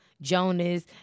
Jonas